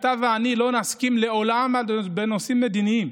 אתה ואני לא נסכים לעולם בנושאים מדיניים,